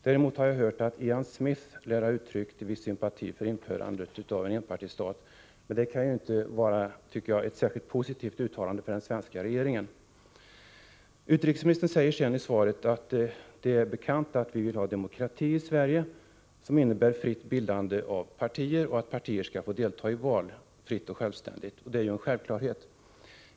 Däremot har jag hört att Ian Smith lär har uttryckt viss sympati för införande av en enpartistat, men det kan ju inte vara ett särskilt positivt uttalande för den svenska regeringen, tycker jag. Utrikesministern säger sedan i svaret att det är bekant att vi i Sverige vill ha demokrati som innebär fritt bildande av partier och att partier skall få delta i val fritt och självständigt, och det är ju en självklarhet.